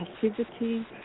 passivity